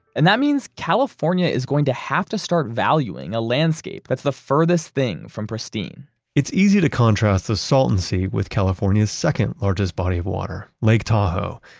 and that means california is going to have to start valuing a landscape that's the furthest thing from pristine it's easy to contrast the salton sea with california's second largest body of water, lake tahoe.